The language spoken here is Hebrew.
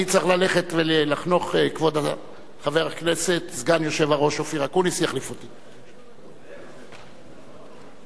24 בעד, חמישה נגד, אין נמנעים.